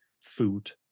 food